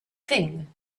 thing